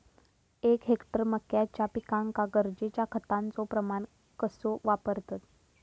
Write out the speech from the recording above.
एक हेक्टर मक्याच्या पिकांका गरजेच्या खतांचो प्रमाण कसो वापरतत?